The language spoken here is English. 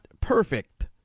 perfect